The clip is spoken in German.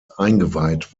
eingeweiht